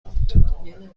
ماند